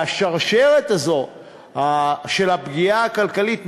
והשרשרת הזו של הפגיעה הכלכלית,